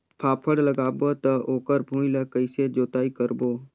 फाफण लगाबो ता ओकर भुईं ला कइसे जोताई करबो?